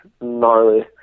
gnarly